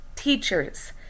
Teachers